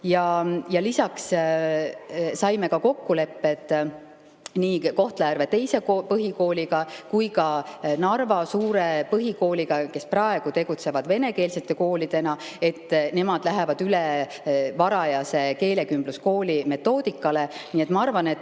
Lisaks saime kokkulepped nii Kohtla-Järve teise põhikooliga kui ka Narva suure põhikooliga – mõlemad tegutsevad praegu venekeelsete koolidena –, et nemad lähevad üle varajase keelekümbluskooli metoodikale. Nii et ma arvan, et